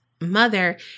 mother